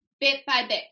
bit-by-bit